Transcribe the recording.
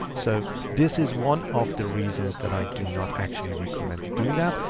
so this is one of the reasons that i do not actually recommend doing that.